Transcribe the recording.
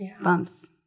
bumps